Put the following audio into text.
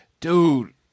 Dude